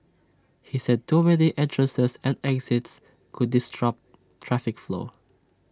he said too many entrances and exits could disrupt traffic flow